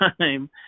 time